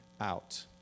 out